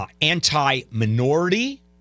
anti-minority